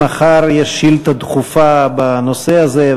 מחר יש שאילתה דחופה בנושא הזה,